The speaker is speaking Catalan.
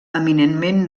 eminentment